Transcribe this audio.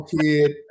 kid